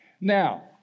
Now